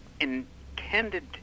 intended